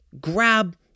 grab